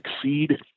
succeed